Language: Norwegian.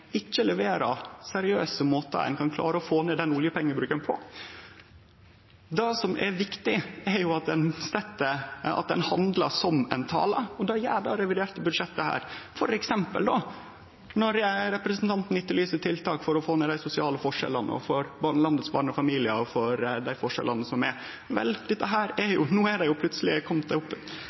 ikkje leverer seriøse måtar å få ned oljepengebruken på. Det som er viktig, er at ein handlar som ein taler, og det gjer ein ved dette reviderte budsjettet. Når representanten etterlyser tiltak for å redusere dei sosiale forskjellane, tiltak for barnefamiliane og tiltak mot dei forskjellane som er, er det no plutseleg kome opp ein samla pott med fattigdomstiltak for ferie og fritid som rundar 300 mill. kr. Det er eit alvorleg løft i forhold til det